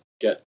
get